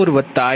200 બરાબર